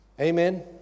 Amen